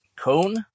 Cone